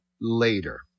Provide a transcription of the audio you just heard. later